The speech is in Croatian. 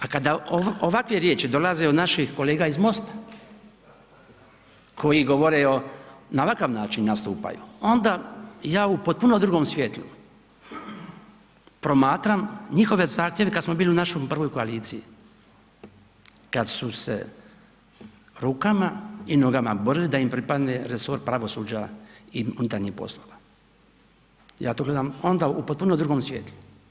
A kada ovakve riječi dolaze od naših kolega iz MOST-a koji govore o, na ovakav način nastupaju, onda ja u potpuno drugom svjetlu promatram njihove zahtjeve kad smo bili u našoj prvoj koaliciji, kad su se rukama i nogama borili da im pripadne resor pravosuđa i unutarnjih poslova, ja to gledam onda u potpuno drugom svjetlu.